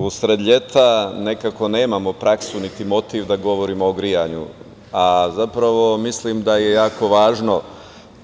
U sred leta nekako nemamo praksu, niti motiv da govorimo o grejanju, a zapravo mislim da je jako važno